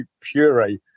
puree